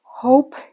Hope